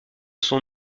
son